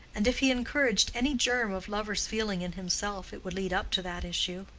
and if he encouraged any germ of lover's feeling in himself it would lead up to that issue.